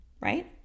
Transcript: right